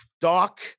Doc